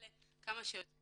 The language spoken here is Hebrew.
הטיפול, האלה כמה שיותר.